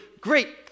great